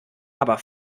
aber